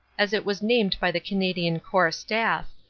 as it was named by the canadian corps staff,